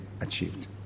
achieved